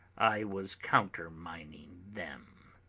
i was countermining them.